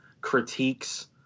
critiques